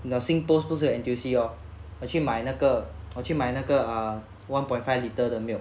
nursing post 不是 N_T_U_C oh 我去买那个我去买那个 err one point five litre 的 milk